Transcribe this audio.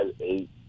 eight